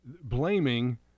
blaming